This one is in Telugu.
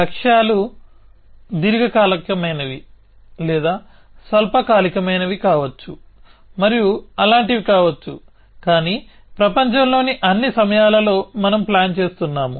లక్ష్యాలు దీర్ఘకాలికమైనవి లేదా స్వల్పకాలికమైనవి కావచ్చు మరియు అలాంటివి కావచ్చు కానీ ప్రపంచంలోని అన్ని సమయాలలో మనం ప్లాన్ చేస్తున్నాము